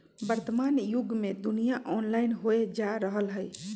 वर्तमान जुग में दुनिया ऑनलाइन होय जा रहल हइ